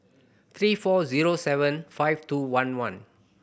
three four zero seven five two one one